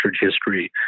history